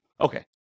Okay